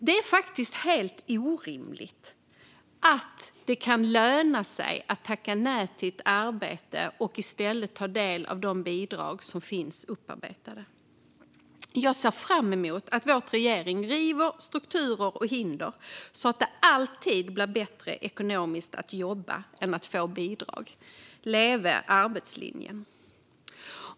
Det är faktiskt helt orimligt att det kan löna sig att tacka nej till arbete och i stället ta del av de bidrag som finns upparbetade. Jag ser fram emot att vår regering ska riva strukturer och hinder så att det alltid är bättre ekonomiskt att jobba än att få bidrag. Leve arbetslinjen!